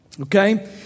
Okay